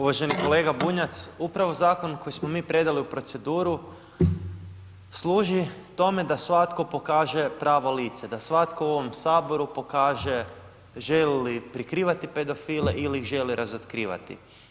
Uvaženi kolega Bunjac, upravo zakon koji smo mi predali u proceduru služi tome da svatko pokaže pravo lice, da svatko u ovom Saboru pokaže želi li prikrivati pedofile ili ih želi razotkrivati.